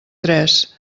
tres